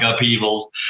upheavals